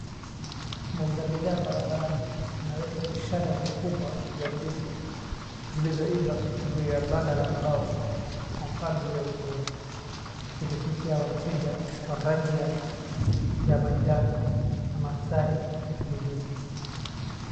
Mwuuza bidhaa barabarani ameweka vishada vikubwa vya ndizi zilizoiva juu ya banda la mbao kwa mpangilio mzuri, zikivutia wateja kwa rangi yake ya majano na mandhari ya kijijini.